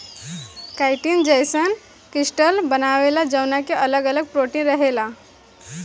chitin जईसन crystal बनावेला जवना के अगल अगल प्रोटीन रहेला